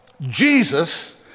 Jesus